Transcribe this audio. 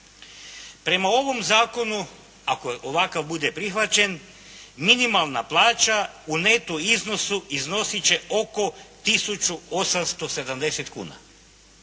Prema ovom zakonu ako ovakav bude prihvaćen minimalna plaća u neto iznosu iznosit će oko tisuću 870 kuna